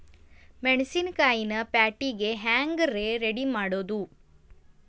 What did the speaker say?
ಮೆಣಸಿನಕಾಯಿನ ಪ್ಯಾಟಿಗೆ ಹ್ಯಾಂಗ್ ರೇ ರೆಡಿಮಾಡೋದು?